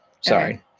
Sorry